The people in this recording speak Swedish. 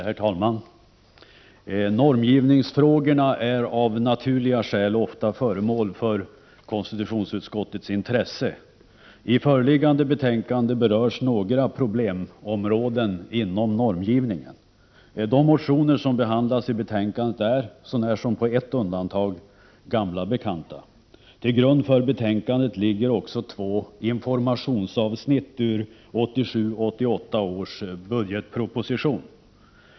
Herr talman! Normgivningsfrågorna är av naturliga skäl ofta föremål för konstitutionsutskottets intresse. I föreliggande betänkande berörs några problemområden inom normgivningen. De motioner som behandlas i betänkandet är, sånär som på ett undantag, gamla bekanta. Till grund för betänkandet ligger också två informationsavsnitt ur 1987/88 års budgetproposition.